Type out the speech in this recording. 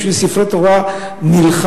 בשביל ספרי תורה נלחמים,